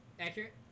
accurate